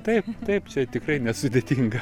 taip taip čia tikrai nesudėtinga